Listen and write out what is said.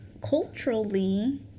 culturally